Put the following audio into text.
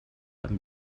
amb